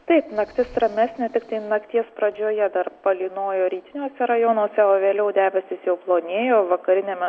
taip naktis ramesnė tiktai nakties pradžioje palynojo rytiniuose rajonuose o vėliau debesys jau plonėjo vakariniame